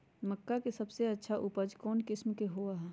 मक्का के सबसे अच्छा उपज कौन किस्म के होअ ह?